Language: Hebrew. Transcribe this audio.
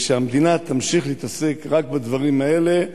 ושהמדינה תמשיך להתעסק רק בדברים האלה,